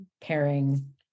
pairing